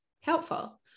helpful